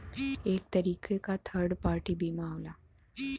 एक तरीके क थर्ड पार्टी बीमा होला